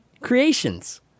Creations